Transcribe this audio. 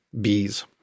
bees